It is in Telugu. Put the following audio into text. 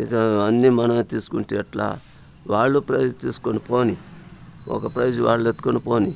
ఈసారి అన్నీ మనమే తీసుకుంటే ఎట్లా వాళ్ళు ప్రైజు తీసుకొని పోని ఒక ప్రైజు వాళ్లెత్తుకొని పోనీ